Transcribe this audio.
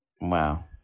Wow